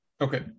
Okay